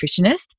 nutritionist